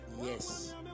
Yes